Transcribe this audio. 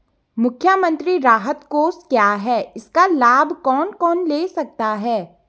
मुख्यमंत्री राहत कोष क्या है इसका लाभ कौन कौन ले सकता है?